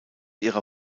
ihrer